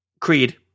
Creed